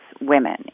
women